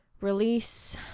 release